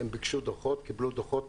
הם ביקשו דוחות, קיבלו דוחות.